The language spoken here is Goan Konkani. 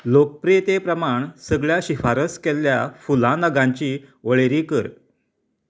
लोकप्रियते प्रमाण सगळ्या शिफारस केल्ल्या फुलां नगांची वळेरी कर